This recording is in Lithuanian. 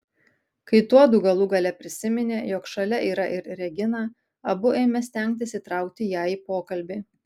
kai tuodu galų gale prisiminė jog šalia yra ir regina abu ėmė stengtis įtraukti ją į pokalbį